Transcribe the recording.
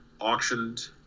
auctioned –